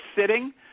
sitting